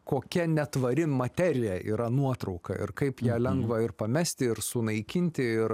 kokia netvari materija yra nuotrauka ir kaip ją lengva ir pamesti ir sunaikinti ir